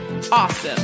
awesome